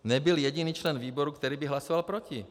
Nebyl jediný člen výboru, který by hlasoval proti.